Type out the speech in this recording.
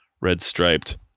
red-striped